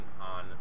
on